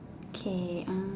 okay uh